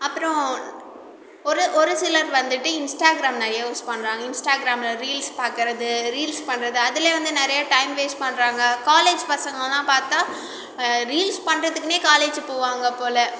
அப்புறம் ஒரு ஒரு சிலர் வந்துவிட்டு இன்ஸ்டாகிராம் நிறையா யூஸ் பண்ணுறாங்க இன்ஸ்டாகிராம்மில ரீல்ஸ் பார்க்கறது ரீல்ஸ் பண்ணுறது அதுல வந்து நிறையா டைம் வேஸ்ட் பண்ணுறாங்க காலேஜ் பசங்களைலாம் பார்த்தா ரீல்ஸ் பண்ணுறதுக்குனே காலேஜ் போவாங்க போல்